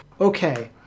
okay